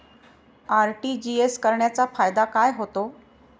RTGS करण्याचा फायदा काय होतो?